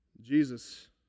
Jesus